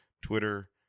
Twitter